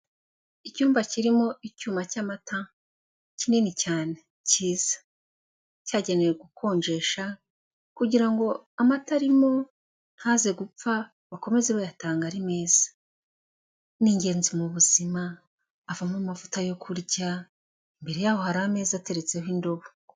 Icyumba kirimo icyuma cy'amata kinini cyane, kiza, cyagenewe gukonjesha kugirango amata arimo ntaze gupfa bakomeze bayatanga ari meza, ni ingenzi mu buzima, avamo amavuta yo kurya, imbere yaho hari ameza ateretseho indobo.